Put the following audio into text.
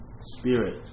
spirit